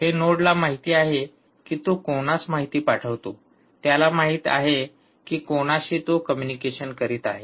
हे नोडला माहिती आहे की तो कोणास माहिती पाठवितो त्याला माहित आहे कि कोणाशी तो कम्युनिकेशन करीत आहे